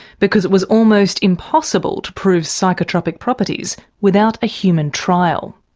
because it was almost impossible to prove psychotropic properties without a human trial.